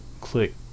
click